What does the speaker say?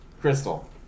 Crystal